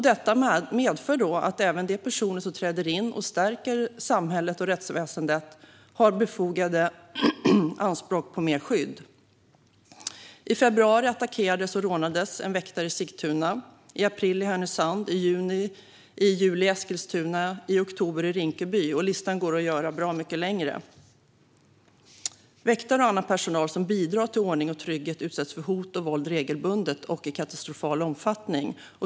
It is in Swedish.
Detta medför att även de personer som träder in och stärker samhället och rättsväsendet har befogade anspråk på mer skydd. I februari attackerades och rånades en väktare i Sigtuna. I april skedde det i Härnösand, i juli i Eskilstuna och i oktober i Rinkeby. Listan går att göra bra mycket längre. Väktare och annan personal som bidrar till ordning och trygghet utsätts för hot och våld regelbundet och i katastrofal omfattning.